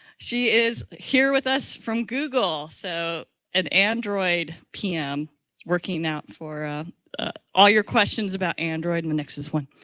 she is here with us from google. so an android pm working out for all your questions about android and the nexus one.